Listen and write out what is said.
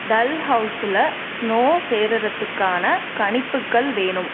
டல்ஹவுஸில் snow சேர்றத்துக்கான கணிப்புக்கள் வேணும்